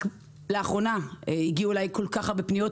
רק לאחרונה הגיעו אלי הרבה פניות.